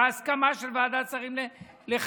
בהסכמה של ועדת שרים לחקיקה.